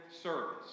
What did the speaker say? service